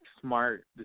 smart